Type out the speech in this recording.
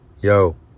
Yo